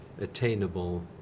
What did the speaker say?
attainable